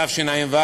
תשע"ו,